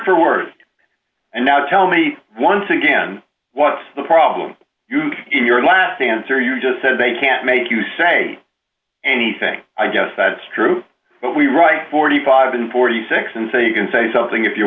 for word and now tell me once again what's the problem in your last answer you just said they can't make you say anything i just that's true but we write forty five and forty six and so you can say something if you